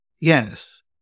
Yes